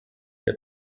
der